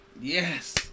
Yes